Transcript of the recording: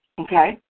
Okay